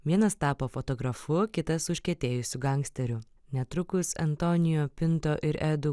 vienas tapo fotografu kitas užkietėjusiu gangsteriu netrukus antonio pinto ir edu